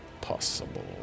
possible